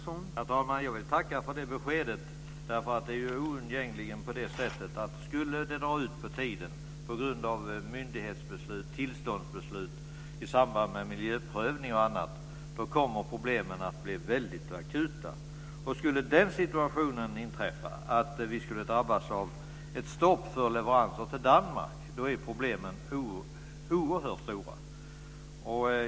Herr talman! Jag tackar för det beskedet. Det är oundvikligen så att om det skulle dra ut på tiden på grund av tillståndsbeslut t.ex. i samband med miljöprövning, kommer problemen att bli väldigt akuta. Skulle vi drabbas av ett stopp för leveranser från Danmark, blir problemen oerhört stora.